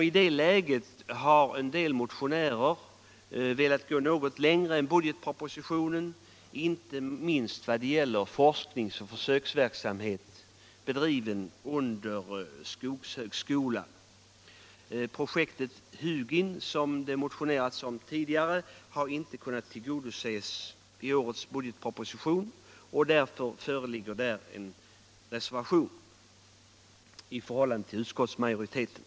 I det läget har en del motionärer velat gå något längre än budgetpropositionen, inte minst vad gäller forskningsoch försöksverksamhet bedriven under skogshögskolan. Projektet Hugin, som det motionerats om tidigare, har inte kunnat tillgodoses i årets budgetproposition. Utskottet har tillstyrkt propositionen i denna del, och därför har det avgivits en reservation på den punkten.